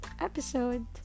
episode